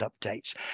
updates